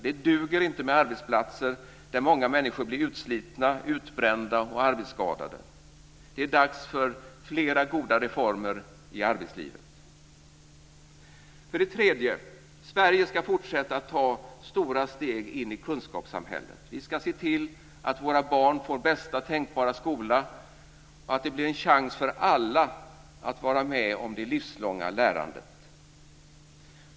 Det duger inte med arbetsplatser där många människor blir utslitna, utbrända och arbetsskadade. Det är dags för flera goda reformer i arbetslivet. För det tredje ska Sverige fortsätta att ta stora steg in i kunskapssamhället. Vi ska se till att våra barn får bästa tänkbara skola och att alla får en chans att vara med om det livslånga lärandet.